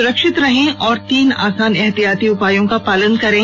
सुरक्षित रहें और तीन आसान उपायों का पालन करें